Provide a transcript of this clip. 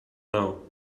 now